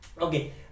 Okay